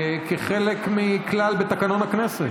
המליאה כחלק מכלל בתקנון הכנסת.